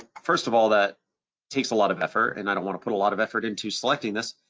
first of all, that takes a lot of effort and i don't wanna put a lot of effort into selecting this,